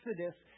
exodus